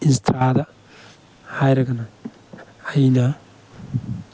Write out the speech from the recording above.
ꯏꯟꯁꯇꯥꯗ ꯍꯥꯏꯔꯒꯅ ꯑꯩꯅ